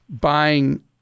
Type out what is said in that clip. buying